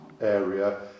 area